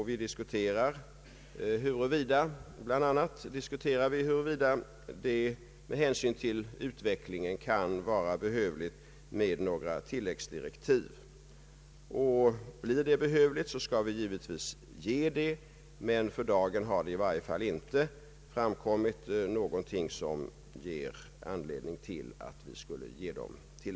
Vi diskuterar frågan om tilläggsdirektiv och skall givetvis utfärda sådana, om det blir behövligt med hänsyn till utvecklingen, men i varje fall för dagen har det inte framkommit någonting som ger anledning därtill.